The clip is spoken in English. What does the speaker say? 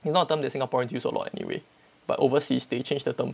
it's not a term that singaporeans use a lot anyway but overseas they change the terms